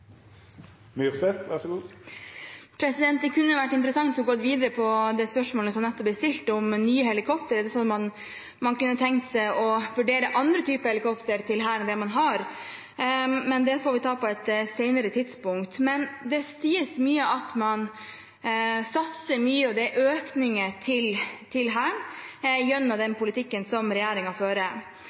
Det kunne vært interessant å gå videre på det spørsmålet som nettopp ble stilt, om nye helikoptre, og om det er sånn at man kunne tenke seg å vurdere andre typer helikoptre til Hæren enn dem man har. Men det får vi ta på et senere tidspunkt. Det sies ofte at man satser mye, og at det er økninger til Hæren gjennom den politikken som regjeringen fører.